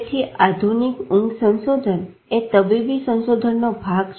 તેથી આધુનિક ઊંઘ સંશોધન એ તબીબી સંશોધનનો ભાગ છે